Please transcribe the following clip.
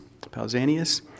Pausanias